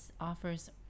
offers